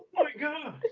oh my god!